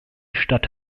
stadt